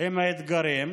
עם האתגרים,